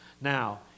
Now